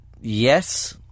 Yes